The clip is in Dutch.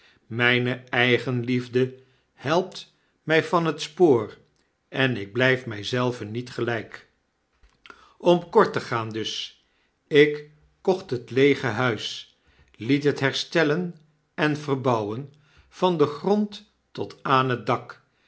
myne eigenliefde helpt mij van t spoor en ik blgf my zelven niet gelyk om kort te gaan dus ik kocht het leege huis liet het herstellen en verbouwen van den grond tot aan het dak